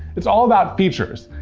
it's all about features.